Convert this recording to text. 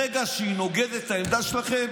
ברגע שהיא נוגדת את העמדה שלכם,